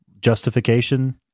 justification